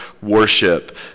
worship